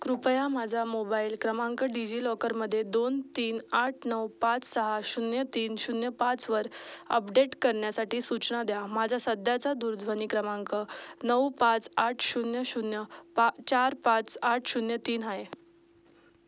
कृपया माझा मोबाईल क्रमांक डिजिलॉकरमध्ये दोन तीन आठ नऊ पाच सहा शून्य तीन शून्य पाचवर अपडेट करण्यासाठी सूचना द्या माझा सध्याचा दूरध्वनी क्रमांक नऊ पाच आठ शून्य शून्य पा चार पाच आठ शून्य तीन आहे